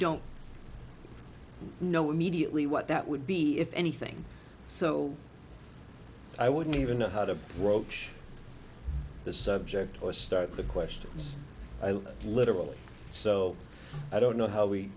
don't know what mediately what that would be if anything so i wouldn't even know how to broach this subject or start the questions literally so i don't know how we